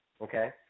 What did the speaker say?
Okay